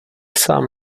sám